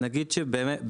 אז נגיד שבאמת,